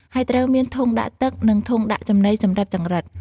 ហើយត្រូវមានធុងដាក់ទឹក និងធុងដាក់ចំណីសម្រាប់ចង្រិត។